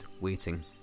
waiting